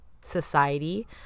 society